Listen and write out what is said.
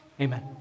Amen